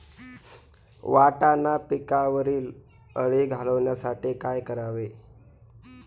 वाटाणा पिकावरील अळी घालवण्यासाठी काय करावे?